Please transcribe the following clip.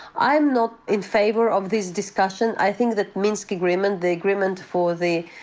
i'm not in favor of this discussion. i think that minsk agreement, the agreement for the,